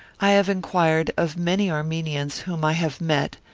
i have enquired of many armenians whom i have met,